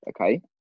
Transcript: okay